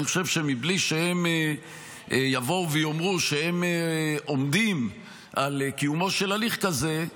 אני חושב שמבלי שהם יבואו ויאמרו שהם עומדים על קיומו של הליך כזה,